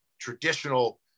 traditional